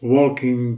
Walking